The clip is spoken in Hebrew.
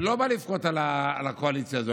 אני לא בא לבכות על הקואליציה הזאת,